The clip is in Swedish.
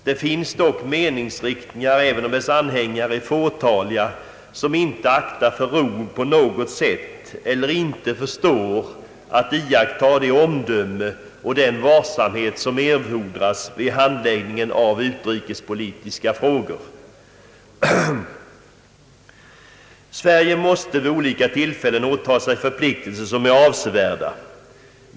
Det finns dock meningsriktningar — även om deras anhängare är fåtaliga som inte aktar för rov eller inte förstår att iaktta det omdöme och den varsamhet som erfordras vid handläggning av utrikespolitiska frågor. Sverige måste vid olika tillfällen åta sig avsevärda förpliktelser.